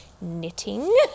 knitting